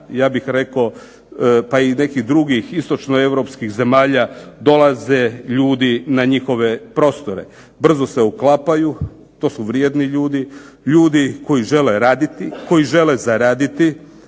ja bih rekao pa i nekih drugih istočnoeuropskih zemalja, dolaze ljudi na njihove prostore. Brzo se uklapaju, to su vrijedni ljudi, ljudi koji žele raditi, koji žele zaraditi.